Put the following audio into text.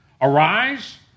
Arise